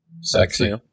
sexy